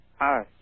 Hi